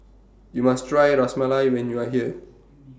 YOU must Try Ras Malai when YOU Are here